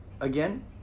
again